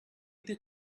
the